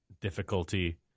difficulty